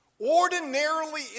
Ordinarily